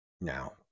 Now